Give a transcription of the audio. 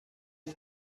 you